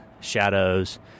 Shadows